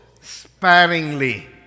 sparingly